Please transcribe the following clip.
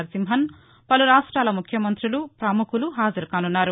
నరసింహన్ పలు రాష్ట్రాల ముఖ్యమంత్రులు ప్రముఖులు హాజరుకానున్నారు